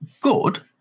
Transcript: good